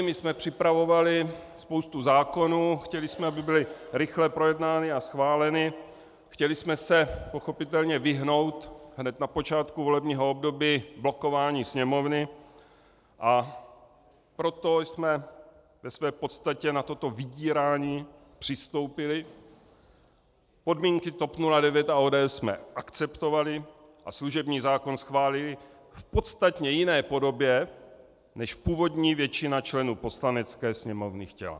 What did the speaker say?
My jsme připravovali spoustu zákonů, chtěli jsme, aby byly rychle projednány a schváleny, chtěli jsme se pochopitelně vyhnout hned na počátku volebního období blokování sněmovny, a proto jsme v podstatě na toto vydírání přistoupili, podmínky TOP 09 a ODS jsme akceptovali a služební zákon schválili v podstatně jiné podobě, než původní většina členů Poslanecké sněmovny chtěla.